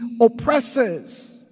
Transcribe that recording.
oppressors